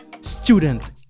student